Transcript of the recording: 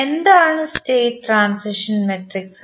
എന്താണ് state transition matrix